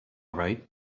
right